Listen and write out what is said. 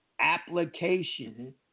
application